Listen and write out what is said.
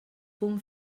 punt